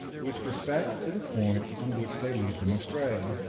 with respect to the point on which they lead them astray.